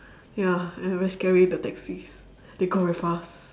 ya and very scary the taxis they go very fast